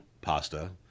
pasta